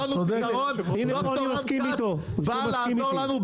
מצאנו פתרון; ד"ר רם כץ בא לעזור לנו,